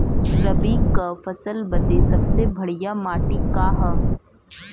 रबी क फसल बदे सबसे बढ़िया माटी का ह?